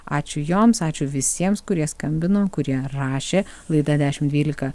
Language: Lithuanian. ačiū joms ačiū visiems kurie skambino kurie rašė laida dešim dvylika